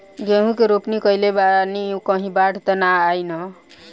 गेहूं के रोपनी कईले बानी कहीं बाढ़ त ना आई ना?